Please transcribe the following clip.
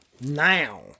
now